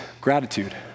gratitude